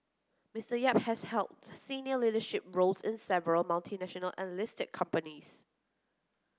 Mister Yap has held senior leadership roles in several multinational and listed companies